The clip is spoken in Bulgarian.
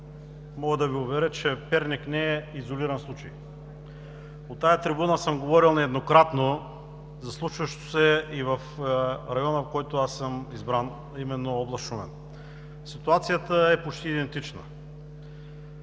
мога да Ви уверя, че Перник не е изолиран случай. От тази трибуна съм говорил нееднократно за случващото се и в района, в който аз съм избран, а именно област Шумен. Ситуацията е почти идентична.